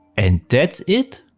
and that's it.